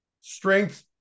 strength